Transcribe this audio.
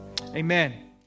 amen